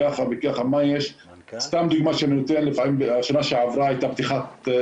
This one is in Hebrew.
סתם דוגמא, שנה שעברה הייתה